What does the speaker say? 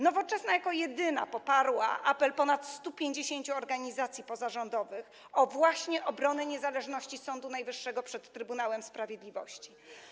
Nowoczesna jako jedyna poparła apel ponad 150 organizacji pozarządowych o obronę niezależności Sądu Najwyższego przed Trybunałem Sprawiedliwości.